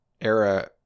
era